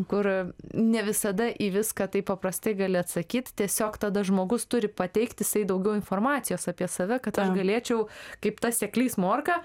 kur ne visada į viską taip paprastai gali atsakyt tiesiog tada žmogus turi pateikt jisai daugiau informacijos apie save kad aš galėčiau kaip tas seklys morka